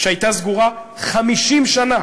שהייתה סגורה 50 שנה